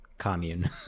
commune